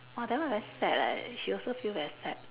!wah! that one very sad leh she also feel very sad